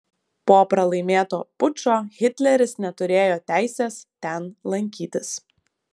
po pralaimėto pučo hitleris neturėjo teisės ten lankytis